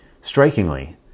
Strikingly